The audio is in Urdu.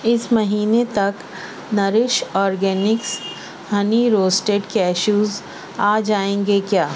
اس مہینے تک Naresh organics honey roasted cashews آ جائں گے کیا